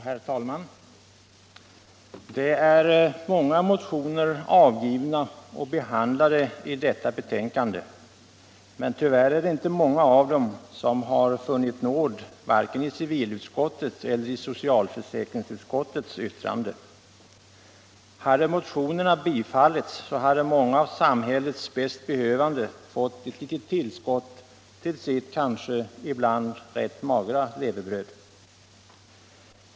Herr talman! Det är många motioner som avgivits i denna fråga och som behandlas i detta betänkande. Men tyvärr är det inte många av dem som funnit nåd vare sig i civilutskottet eller i socialförsäkringsutskottets yttrande. Om motionerna tillstyrkts, hade många av samhällets bäst behövande fått ett litet tillskott till sitt kanske ibland rätt magra levebröd.